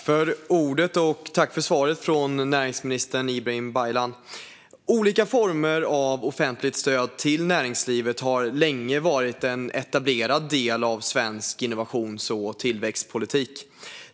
Fru talman! Tack, näringsminister Ibrahim Baylan, för svaret! Olika former av offentligt stöd till näringslivet har länge varit en etablerad del av svensk innovations och tillväxtpolitik.